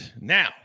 Now